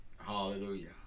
Hallelujah